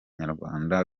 nyarwanda